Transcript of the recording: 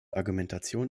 argumentation